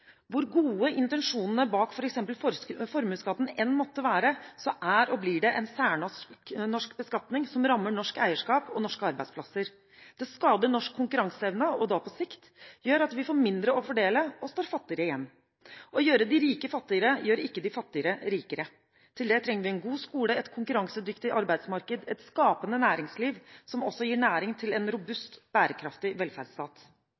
Hvor gode intensjonene bak f.eks. formuesskatten enn måtte være, så er og blir dette en særnorsk beskatning som rammer norsk eierskap og norske arbeidsplasser. Det skader norsk konkurranseevne og gjør – på sikt – at vi får mindre å fordele og står fattigere igjen. Å gjøre de rike fattigere, gjør ikke de fattige rikere. Til det trenger vi en god skole, et konkurransedyktig arbeidsmarked, et skapende næringsliv – som også gir næring til en robust, bærekraftig velferdsstat.